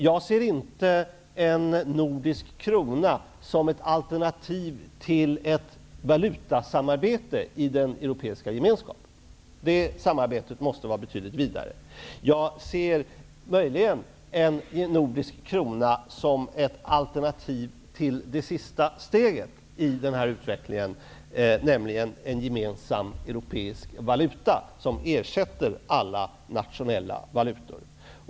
Jag ser inte en nordisk krona som ett alternativ till ett valutasamarbete i den europeiska gemenskapen. Det samarbetet måste vara betydligt vidare. Jag ser möjligen en nordisk krona som ett alternativ till det sista steget i den utvecklingen, en gemensam europeisk valuta som ersätter alla nationella valutor.